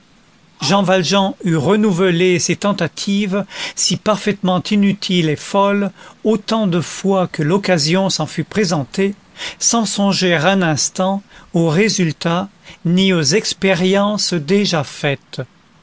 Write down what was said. jean valjean eût renouvelé ces tentatives si parfaitement inutiles et folles autant de fois que l'occasion s'en fût présentée sans songer un instant au résultat ni aux expériences déjà faites